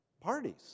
Parties